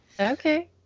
okay